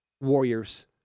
Warriors